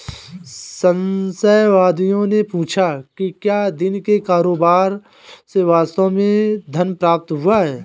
संशयवादियों ने पूछा कि क्या दिन के कारोबार से वास्तव में धन प्राप्त हुआ है